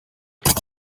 ntabwo